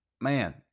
man